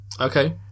okay